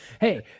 Hey